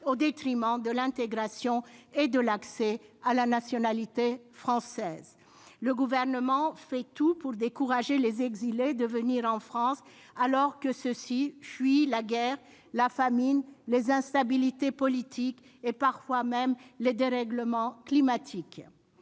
au détriment de l'intégration et de l'accès à la nationalité française. Le Gouvernement fait tout pour décourager les exilés de venir en France alors que ceux-ci fuient la guerre, la famine, les instabilités politiques et parfois même les dérèglements climatiques.